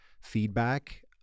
feedback